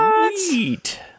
Sweet